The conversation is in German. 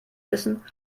wissen